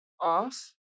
off